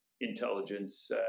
intelligence